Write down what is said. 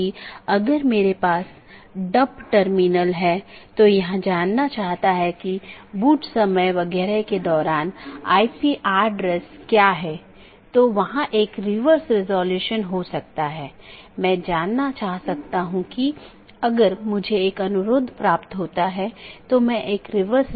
जैसे अगर मै कहूं कि पैकेट न 1 को ऑटॉनमस सिस्टम 6 8 9 10 या 6 8 9 12 और उसके बाद गंतव्य स्थान पर पहुँचना चाहिए तो यह ऑटॉनमस सिस्टम का एक क्रमिक सेट है